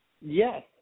Yes